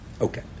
Okay